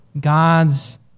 God's